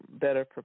better